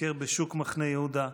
כשביקר בשוק מחנה יהודה,